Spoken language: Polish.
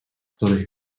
których